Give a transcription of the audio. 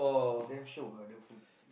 damn shiok ah the food